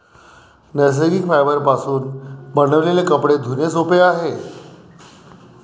नैसर्गिक फायबरपासून बनविलेले कपडे धुणे सोपे आहे